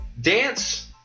Dance